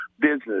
business